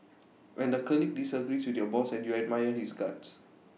when the colleague disagrees with your boss and you admire his guts